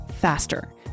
faster